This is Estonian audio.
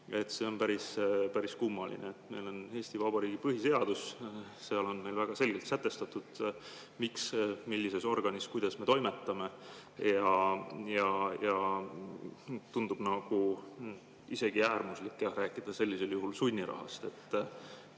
See on päris kummaline. Meil on Eesti Vabariigi põhiseadus, seal on väga selgelt sätestatud, millises organis me kuidas toimetame, ja tundub nagu isegi äärmuslik rääkida sellisel juhul sunnirahast.